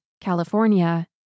California